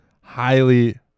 Highly